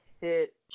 hit